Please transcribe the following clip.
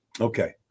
Okay